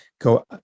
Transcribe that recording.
go